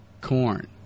Corn